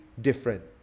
different